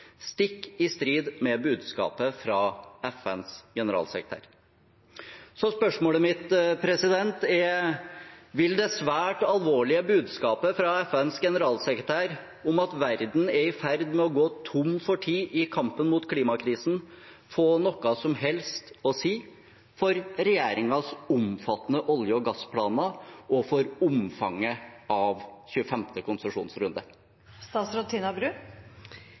stikk i strid med budskapet fra FNs generalsekretær. Så spørsmålet mitt er: Vil det svært alvorlige budskapet fra FNs generalsekretær om at verden er i ferd med å gå tom for tid i kampen mot klimakrisen, få noe som helst å si for regjeringens omfattende olje- og gassplaner og for omfanget av